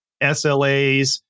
SLAs